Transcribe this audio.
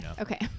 okay